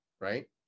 Right